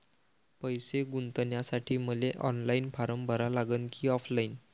पैसे गुंतन्यासाठी मले ऑनलाईन फारम भरा लागन की ऑफलाईन?